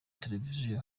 televiziyo